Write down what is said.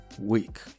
week